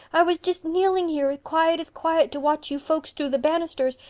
i was just kneeling here, quiet as quiet, to watch you folks through the bannisters,